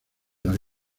las